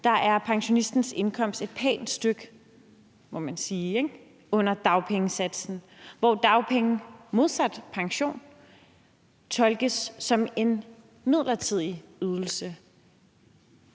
er pensionistens indkomst et pænt stykke, må man sige, ikke, under dagpengesatsen, hvor dagpenge modsat pension tolkes som en midlertidig ydelse.